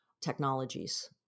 technologies